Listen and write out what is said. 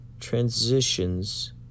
transitions